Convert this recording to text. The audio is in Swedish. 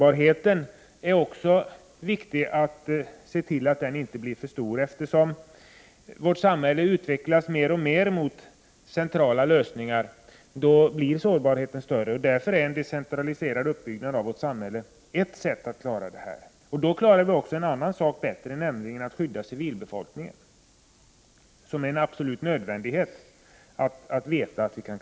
Vidare är det viktigt att se till att inte sårbarheten blir för stor. Eftersom vårt samhälle utvecklas mer och mer mot centrala lösningar, blir sårbarheten större. Därför är en decentraliserad uppbyggnad av vårt samhälle ett sätt att minska sårbarheten. Då klarar vi också en annan sak bättre, nämligen att skydda civilbefolkningen, vilket det är en absolut nödvändighet att veta att vi kan.